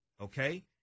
Okay